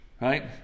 Right